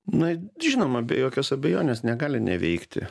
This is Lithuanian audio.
na žinoma be jokios abejonės negali neveikti